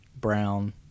brown